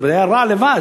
זה רע לבד.